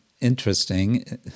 Interesting